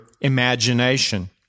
imagination